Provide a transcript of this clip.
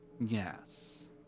Yes